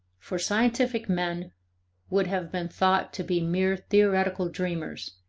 for scientific men would have been thought to be mere theoretical dreamers,